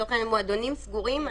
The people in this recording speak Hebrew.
לצורך העניין מועדונים סגורים.